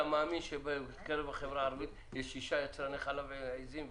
מאמין שבקרב החברה הערבית יש שישה יצרני חלב עזים וכבשים?